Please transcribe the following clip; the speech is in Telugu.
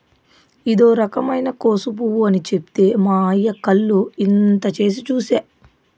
ఇదో రకమైన కోసు పువ్వు అని చెప్తే మా అయ్య కళ్ళు ఇంత చేసి చూసే